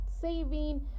saving